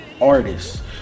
artists